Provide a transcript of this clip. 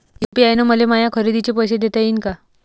UPI न मले माया खरेदीचे पैसे देता येईन का?